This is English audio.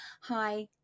hi